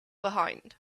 behind